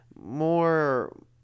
More